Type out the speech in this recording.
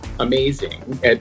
Amazing